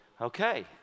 okay